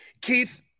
Keith